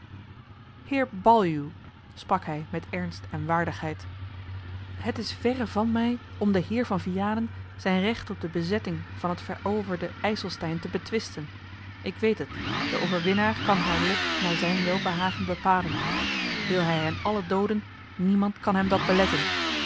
heer baljuw sprak hij met ernst en waardigheid het is verre van mij om den heer van vianen zijn recht op de bezetting van het veroverde ijselstein te betwisten ik weet het de overwinnaar kan haar lot naar zijn welbehagen bepalen wil hij hen allen dooden niemand kan hem dat beletten